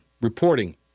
reporting